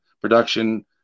production